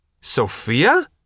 Sophia